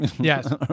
Yes